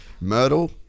Myrtle